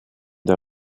der